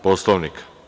Poslovnika?